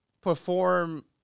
perform